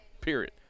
Period